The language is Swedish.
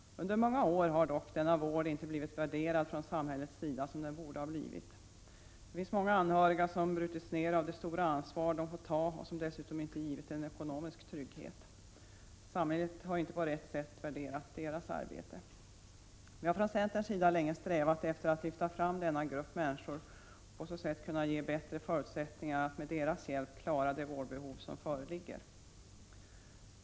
Under många år har dock denna vård inte blivit värderad från samhällets sida så som den borde ha blivit. Det finns många anhöriga som har brutits ner av det stora ansvar som de har fått ta och som dessutom inte givit en ekonomisk trygghet. Samhället har inte på rätt sätt värderat deras arbete. Vi har från centerns sida länge strävat efter att lyfta fram denna grupp människor och på så sätt ge bättre förutsättningar att med deras hjälp klara det vårdbehov som föreligger.